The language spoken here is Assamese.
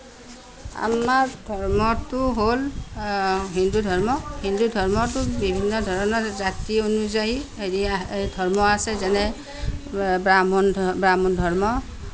আমাৰ ধৰ্মটো হ'ল হিন্দু ধৰ্ম হিন্দু ধৰ্মটোত বিভিন্ন ধৰণৰ জাতি অনুযায়ী হেৰি আ ধৰ্ম আছে যেনে ব্ৰাহ্মণ ব্ৰাহ্মণ ধৰ্ম